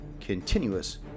continuous